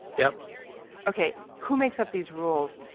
yep ok. who makes up these rules?